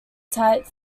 tight